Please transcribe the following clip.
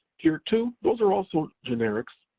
tier two, those are also generics,